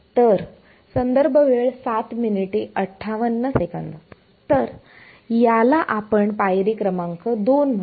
तर याला आपण पायरी क्रमांक 2 म्हणू